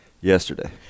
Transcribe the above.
yesterday